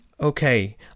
Okay